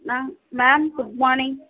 ma'am ma'am good morning